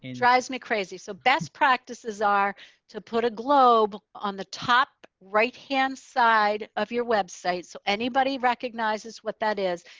drives me crazy, so best practices are to put a globe on the top right hand side of your website. so anybody recognizes what that is.